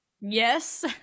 Yes